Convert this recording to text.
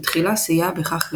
ותחילה סייע בכך לאביו.